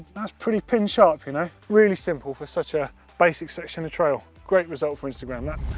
that's pretty pin sharp, you know. really simple for such a basic section of trail. great result for instagram, that.